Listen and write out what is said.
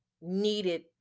needed